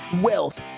wealth